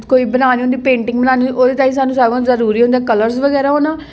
कोई बनानी होंदी पेंटिंग बनानी होंदी ओह्दे ताईं साह्नूं सारें कोला जरूरी होंदा कलर बगैरा होना